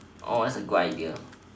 oh that's a good idea